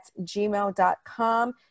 gmail.com